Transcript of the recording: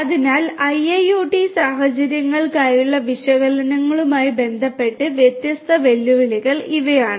അതിനാൽ IIoT സാഹചര്യങ്ങൾക്കായുള്ള വിശകലനങ്ങളുമായി ബന്ധപ്പെട്ട വ്യത്യസ്ത വെല്ലുവിളികൾ ഇവയാണ്